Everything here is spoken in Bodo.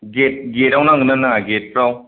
गेट गेटआव नांगौ ना नाङा गेटफ्राव